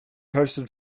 hosted